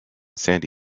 sandy